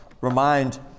remind